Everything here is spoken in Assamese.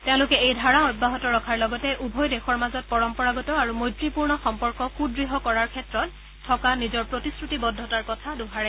তেওঁলোকে লগতে এই ধাৰা অব্যাহত ৰখাৰ লগতে উভয় দেশৰ মাজত পৰম্পৰাগত আৰু মৈত্ৰীপূৰ্ণ সম্পৰ্ক সুদৃঢ় কৰাৰ ক্ষেত্ৰত থকা নিজৰ প্ৰতিশ্ৰুতিবদ্ধতাৰ কথা দোঁহাৰে